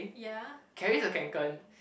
carries a Kanken